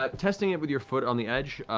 ah testing it with your foot on the edge,